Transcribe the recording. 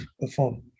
perform